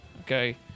Okay